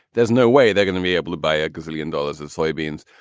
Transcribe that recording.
there's no way they're going to be able to buy a gazillion dollars in soybeans.